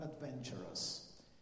adventurous